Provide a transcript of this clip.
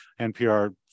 NPR